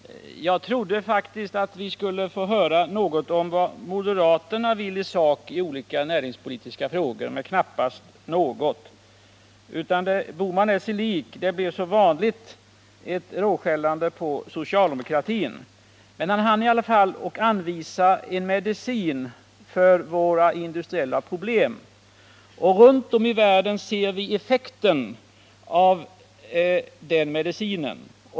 Herr talman! Jag trodde faktiskt att vi skulle få höra något om vad moderaterna vill i sak i olika näringspolitiska frågor, men knappast något nämnde Gösta Bohman om detta. Han är sig lik, det blev som vanligt ett råskällande på socialdemokratin. Men han anvisade i alla fall en medicin för våra industriella problem. Runt om i världen ser vi effekten av den medicinen.